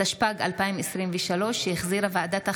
התשפ"ג 2023, שהחזירה ועדת החינוך,